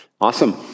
Awesome